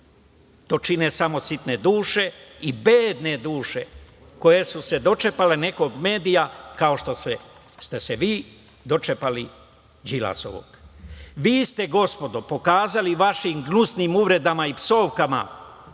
To čine samo sitne duše i bedne duše koje su se dočepale nekog medija, kao što ste se vi dočepali Đilasovog. Vi ste, gospodo, pokazali vašim gnusnim uvredama, psovkama